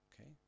Okay